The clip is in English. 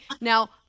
Now